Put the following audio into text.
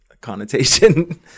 connotation